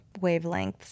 wavelengths